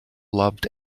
loved